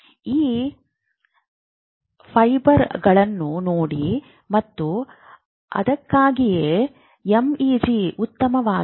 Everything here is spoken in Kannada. ಈ ಫೈಬರ್ಗಳನ್ನು ನೋಡಿ ಮತ್ತು ಅದಕ್ಕಾಗಿಯೇ ಎಂಇಜಿ ಉತ್ತಮವಾಗಿದೆ